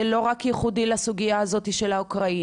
זה לא רק ייחודי לסוגייה הזאת של האוקראינים.